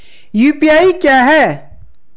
UPI क्या है?